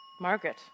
Margaret